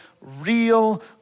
real